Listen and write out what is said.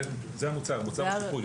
זה המוצר, המוצר הוא שיפוי.